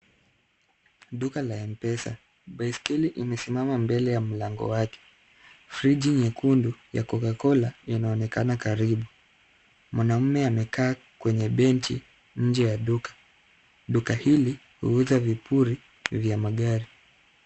Duka la M-Pesa. Baiskeli imesimama mbele ya mlango wake. Friji nyekundu ya Cocacola inaonekana karibu. Mwanaume amekaa kwenye benchi nje ya duka. Duka hili huuza vipuri vya magari.